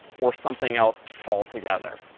or something else altogether.